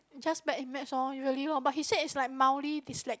just by image loh usually loh but he said it's like mildly dyslexic